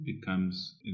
becomes